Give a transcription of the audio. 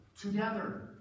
Together